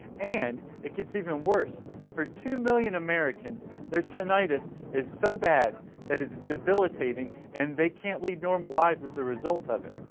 and it gets even worse for two million americans their tinnitus is so bad that it's debilitating and they can't lead normal lives as result result of it.